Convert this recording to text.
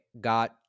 got